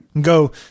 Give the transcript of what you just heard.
Go